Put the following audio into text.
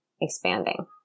expanding